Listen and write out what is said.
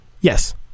Yes